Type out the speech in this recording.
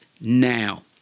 now